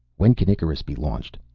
when can icarus be launched?